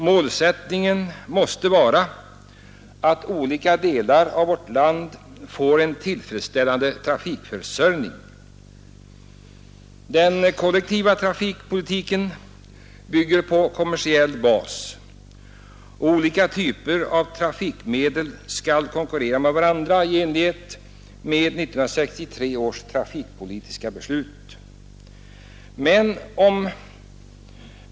Målsättningen måste vara att olika delar av vårt land får en tillfredsställande trafikförsörjning. Den kollektiva trafikpolitiken bygger på kommersiell bas. Olika typer av trafikmedel skall konkurrera med varandra i enlighet med 1963 års trafikpolitiska beslut.